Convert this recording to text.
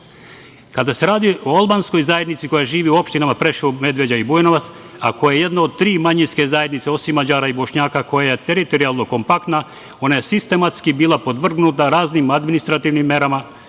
se radi o albanskoj zajednici koja živi u opštinama Preševo, Medveđa i Bujanovac, a koje je jedno od tri manjinske zajednice osim Mađara i Bošnjaka koja je teritorijalno kompaktna, ona je sistematski bila podvrgnuta raznim administrativnim merama,